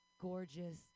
gorgeous